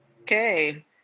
Okay